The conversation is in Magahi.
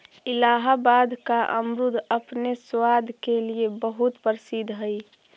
इलाहाबाद का अमरुद अपने स्वाद के लिए बहुत प्रसिद्ध हई